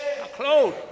close